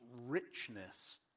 richness